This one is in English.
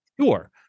Sure